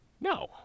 No